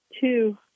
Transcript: Two